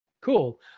Cool